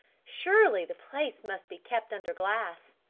surely the place must be kept under glass.